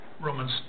Romans